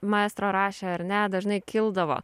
maestro rašė ar ne dažnai kildavo